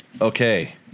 Okay